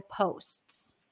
posts